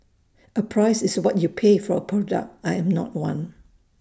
A price is what you pay for A product I am not one